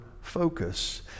focus